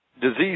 disease